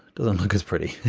doesn't look as pretty,